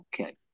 okay